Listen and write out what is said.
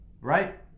right